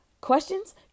questions